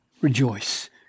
rejoice